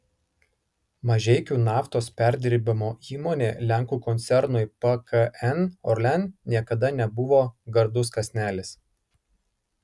mažeikių naftos perdirbimo įmonė lenkų koncernui pkn orlen niekada nebuvo gardus kąsnelis